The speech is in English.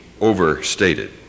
overstated